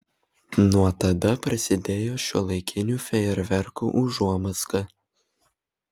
nuo tada prasidėjo šiuolaikinių fejerverkų užuomazga